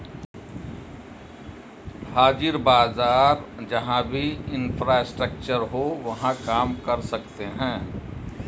हाजिर बाजार जहां भी इंफ्रास्ट्रक्चर हो वहां काम कर सकते हैं